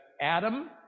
Adam